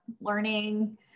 learning